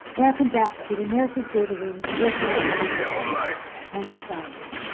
welcome back to the american theater wing's working in the theatre seminar on designers.